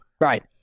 Right